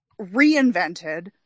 reinvented